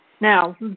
Now